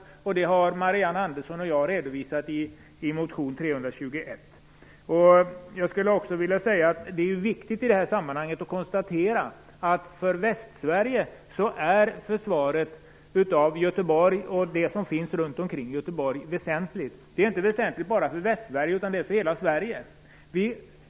Detta redovisar Marianne Andersson och jag i motion Fö321. I det här sammanhanget är det viktigt att konstatera att försvaret av Göteborg och det som finns runt omkring Göteborg är väsentligt för Västsverige, ja, för hela Sverige.